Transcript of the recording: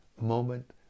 moment